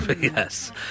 Yes